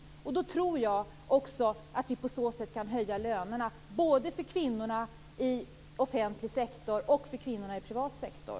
Jag tror att vi på så sätt kan höja lönerna både för kvinnorna i offentlig sektor och för kvinnorna i privat sektor.